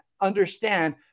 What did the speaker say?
understand